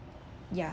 ya